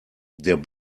der